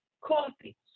coffee